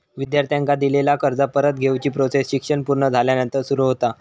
विद्यार्थ्यांका दिलेला कर्ज परत घेवची प्रोसेस शिक्षण पुर्ण झाल्यानंतर सुरू होता